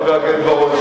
חבר הכנסת בר-און,